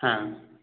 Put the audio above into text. হ্যাঁ